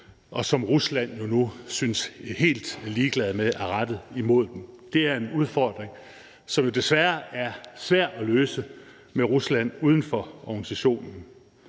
og som Rusland jo nu synes helt ligeglade med er rettet imod dem. Det er en udfordring, som jo desværre er svær at løse med Rusland uden for organisationen.